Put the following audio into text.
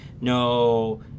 No